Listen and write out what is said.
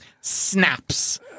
snaps